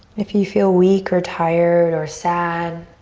if you feel weak or tired or sad,